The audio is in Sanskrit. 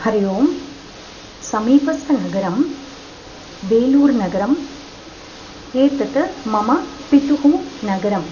हरिः ओम् समीपस्त नगरं बेलूरनगरं एतत् मम पितुः नगरम्